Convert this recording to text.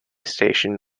station